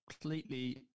completely